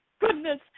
goodness